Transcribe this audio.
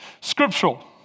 Scriptural